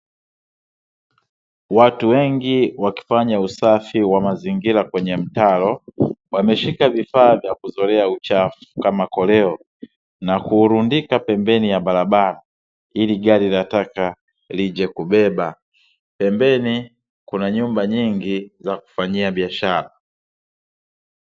Watu wengi wakifanya usafi wa mazingira kwenye mtaro, wameshika vifaa vya kuzolea uchafu kama koleo, na kuurundika pembeni ya barabara ili gari lataka lije kubeba, pembeni kuna nyumba nyingi za kufanyia biashara.